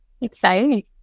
Exciting